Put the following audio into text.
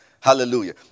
Hallelujah